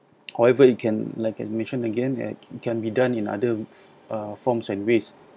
however it can like admission again and it can be done in other uh forms and ways